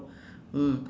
mm